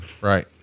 right